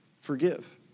forgive